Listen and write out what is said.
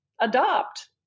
adopt